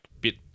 bit